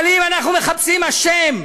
אבל אם אנחנו מחפשים אשם,